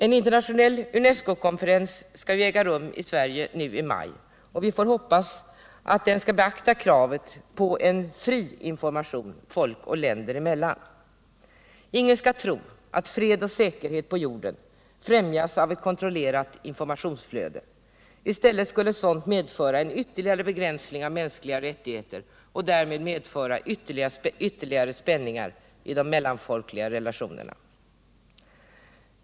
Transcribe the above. En internationell UNESCO-konferens skall äga rum i Sverige nu i maj, och vi får hoppas att den skall beakta kravet på en fri information folk och länder emellan. Ingen skall tro att fred och säkerhet på jorden främjas av ett kontrollerat informationsflöde. I stället skulle ett sådant medföra en ytterligare begränsning av mänskliga rättigheter och därmed medföra ytterligare spänningar i de mellanfolkliga relationerna.